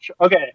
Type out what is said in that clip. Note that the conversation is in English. Okay